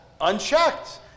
unchecked